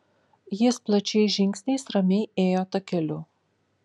jis plačiais žingsniais ramiai ėjo takeliu